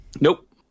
Nope